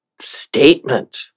statement